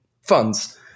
funds